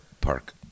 park